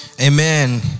Amen